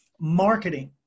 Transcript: marketing